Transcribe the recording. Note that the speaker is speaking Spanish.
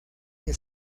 que